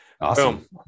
Awesome